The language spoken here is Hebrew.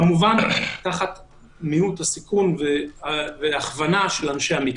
כמובן תחת מיעוט הסיכון והכוונה של אנשי המקצוע.